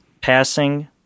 passing